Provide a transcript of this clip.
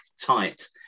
tight